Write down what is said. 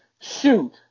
Shoot